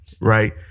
right